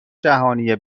جهانی